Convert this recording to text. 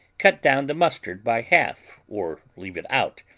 cut down the mustard by half or leave it out,